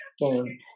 game